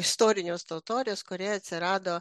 istorinius totorius kurie atsirado